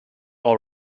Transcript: all